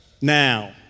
now